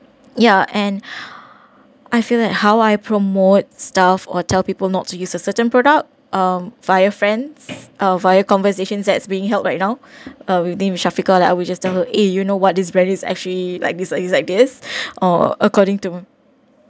ya and I feel like how I promote stuff or tell people not to use a certain product um via friends uh via conversations that's being held right now uh with shafiqah like I would just tell her eh you know what this brand is actually like this is like this or according to